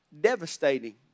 devastating